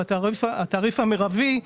והתעריף המירבי,